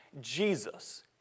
Jesus